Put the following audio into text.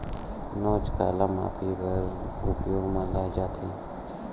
नोच काला मापे बर उपयोग म लाये जाथे?